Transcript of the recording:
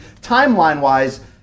timeline-wise